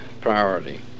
priority